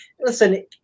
listen